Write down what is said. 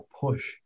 push